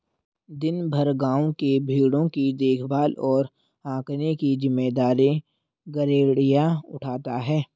दिन भर गाँव के भेंड़ों की देखभाल और हाँकने की जिम्मेदारी गरेड़िया उठाता है